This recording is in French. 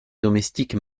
domestique